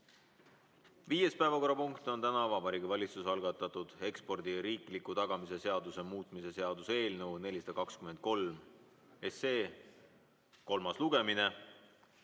Viies päevakorrapunkt on täna Vabariigi Valitsuse algatatud ekspordi riikliku tagamise seaduse muutmise seaduse eelnõu 423 kolmas lugemine.